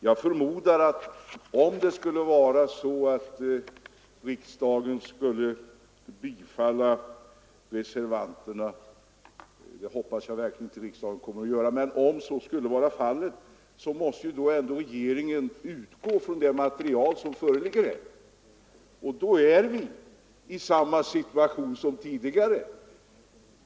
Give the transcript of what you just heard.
Jag förmodar att om riksdagen skulle bifalla reservationen — och det hoppas jag verkligen att riksdagen inte gör — måste ändå regeringen utgå från det material som föreligger här. Då är vi i samma situation som tidigare.